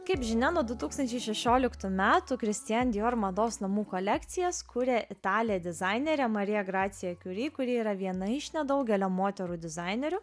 kaip žinia nuo du tūkstančiai šešioliktų metų kristian dior mados namų kolekcijas kuria italė dizainerė marija gracija kiuri kuri yra viena iš nedaugelio moterų dizainerių